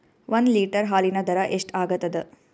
ಒಂದ್ ಲೀಟರ್ ಹಾಲಿನ ದರ ಎಷ್ಟ್ ಆಗತದ?